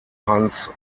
hans